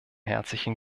herzlichen